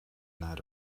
night